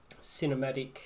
cinematic